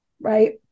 right